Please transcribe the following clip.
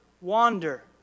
wander